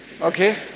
Okay